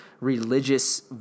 religious